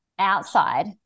outside